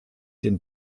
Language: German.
den